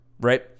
right